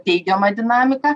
teigiama dinamika